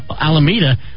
Alameda